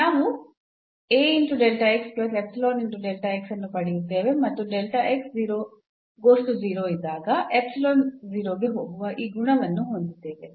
ನಾವು ಅನ್ನು ಪಡೆಯುತ್ತೇವೆ ಮತ್ತು ಇದ್ದಾಗ 0 ಗೆ ಹೋಗುವ ಈ ಗುಣವನ್ನು ಹೊಂದಿದ್ದೇವೆ